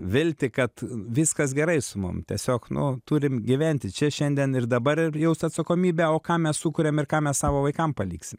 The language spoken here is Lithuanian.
viltį kad viskas gerai su mum tiesiog nu turim gyventi čia šiandien ir dabar ir jaust atsakomybę o ką mes sukuriam ir ką mes savo vaikam paliksim